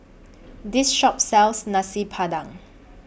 This Shop sells Nasi Padang